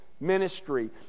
Ministry